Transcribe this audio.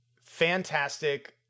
fantastic